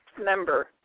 member